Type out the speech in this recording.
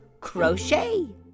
crochet